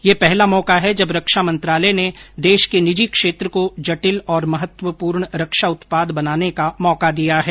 यह पहला मौका है जब रक्षा मंत्रालय ने देश के निजी क्षेत्र को जटिल तथा महत्वपूर्ण रक्षा उत्पाद बनाने का मौका दिया है